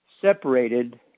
Separated